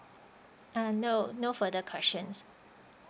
ah no no for the questions